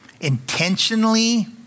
intentionally